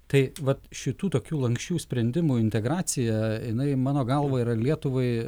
tai vat šitų tokių lanksčių sprendimų integracija jinai mano galva yra lietuvai